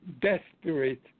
desperate